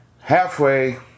halfway